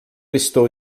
estou